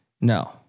No